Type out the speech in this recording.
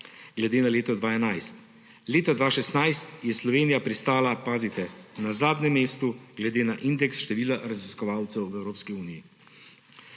glede na leto 2011. Leta 2016 je Slovenija pristala, pazite, na zadnjem mestu glede na indeks števila raziskovalcev v Evropski uniji.